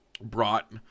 Brought